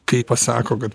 kai pasako kad